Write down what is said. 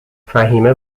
فهمیه